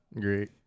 Great